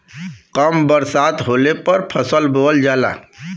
कम बरसात होले पर फसल बोअल जाला